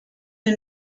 you